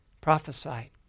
prophesied